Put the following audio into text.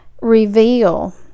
reveal